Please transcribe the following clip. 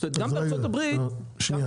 זאת אומרת, גם בארצות הברית --- שנייה.